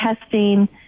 testing